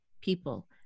people